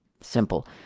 Simple